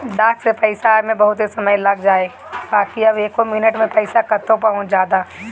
डाक से पईसा आवे में बहुते समय लाग जाए बाकि अब एके मिनट में पईसा कतो पहुंच जाता